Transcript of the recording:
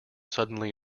suddenly